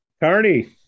Carney